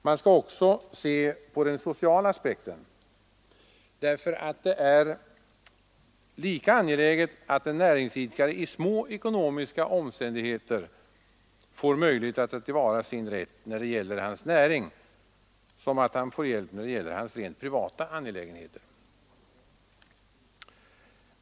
Man skall också se till den sociala aspekten därför att det är lika angeläget att näringsidkare i små ekonomiska omständigheter får möjlighet att ta till vara sin rätt när det gäller hans näring som att han får hjälp när det gäller hans rent privata angelägenheter.